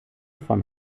von